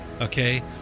okay